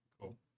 Cool